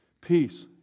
Peace